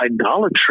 idolatry